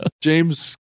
James